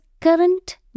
current